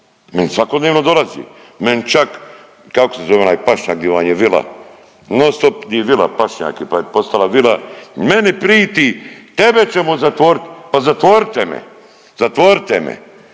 Meni svakodnevno dolazi, meni čak kako se zove onaj pašnjak di vam je vila, non stopo di je vila pašnjak pa je postala vila, meni priti tebe ćemo zatvorit. Pa zatvorite me, zatvorite me.